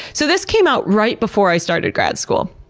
so this came out right before i started grad school.